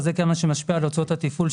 אז זה משפיע על הוצאות התפעול,